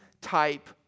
type